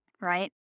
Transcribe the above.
right